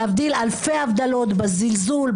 להבדיל אלפי הבדלות בזלזול,